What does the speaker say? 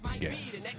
Yes